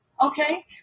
Okay